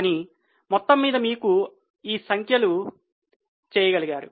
కానీ మొత్తం మీద మీకు ఈ సంఖ్యలు చేయగలిగారు